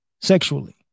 sexually